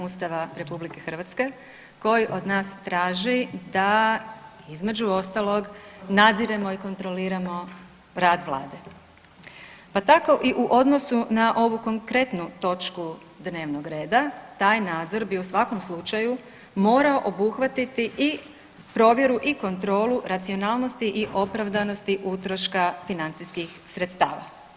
Ustava RH koji od nas traži da između ostalog nadziremo i kontroliramo rad vlade, pa tako i u odnosu na ovu konkretnu točku dnevnog reda taj nadzor bi u svakom slučaju moramo obuhvatiti i provjeru i kontrolu racionalnosti i opravdanosti utroška financijskih sredstava.